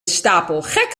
stapelgek